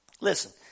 Listen